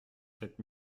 sept